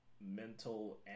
Mental